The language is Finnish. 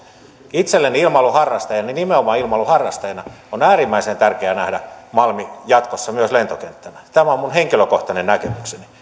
itselleni ilmailuharrastajana nimenomaan ilmailuharrastajana on äärimmäisen tärkeää nähdä malmi jatkossa myös lentokenttänä tämä on minun henkilökohtainen näkemykseni